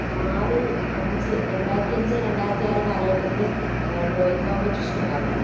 ആറ് അഞ്ച് രണ്ടായിരത്തി അഞ്ച് രണ്ടായിരത്തി ആറ് കാലഘട്ടത്തിൽ ഡ്രോയിങ് കോംബറ്റീഷൻ ഉണ്ടായിരുന്നു